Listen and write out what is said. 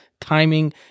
timing